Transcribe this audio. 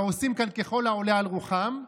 ועושים כאן ככל העולה על רוחם.